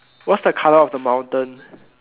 what's the color of the mountain